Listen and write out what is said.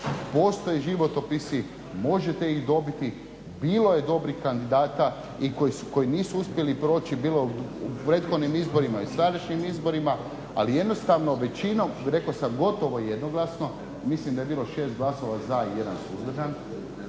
Postoje životopisi, možete ih dobiti, bilo je dobrih kandidata i koji nisu uspjeli proći bilo u prethodnim izborima i sadašnjim izborima. Ali jednostavno većinom, rekao sam gotovo jednoglasno, mislim da je bilo 6 glasova za i 1 suzdržan,